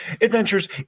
Adventures